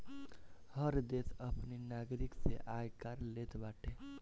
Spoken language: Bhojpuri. हर देस अपनी नागरिक से आयकर लेत बाटे